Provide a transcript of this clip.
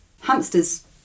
hamsters